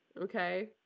Okay